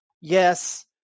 Yes